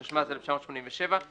התשמ"ז-1987,